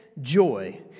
joy